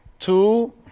Two